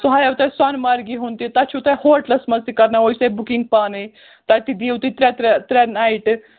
سُہ ہایو تۄہہِ سۄنہٕ مَرگہِ ہُنٛد تہِ تتہِ چھُ تۄہِہ ہوٹلَس منٛز تہِ کرناوو أسۍ تۄہہِ بُکِنٛگ پانے تَتہِ دِیِو تُہۍ ترٛےٚ ترٛے ترٛےٚ نایٹہٕ